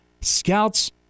scouts